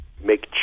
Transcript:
make